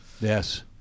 Yes